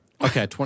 Okay